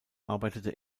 arbeitete